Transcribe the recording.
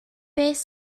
beth